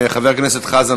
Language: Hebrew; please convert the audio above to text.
חבר הכנסת חזן,